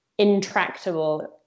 intractable